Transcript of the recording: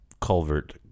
culvert